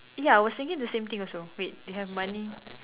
ya I was thinking the same thing also wait they have money